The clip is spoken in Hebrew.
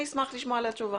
אני אשמח לשמוע עליה תשובה.